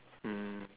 mm